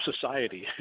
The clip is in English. society